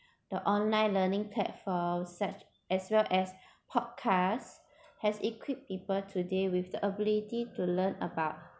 the online learning path for such as well as podcast has equipped people today with the ability to learn about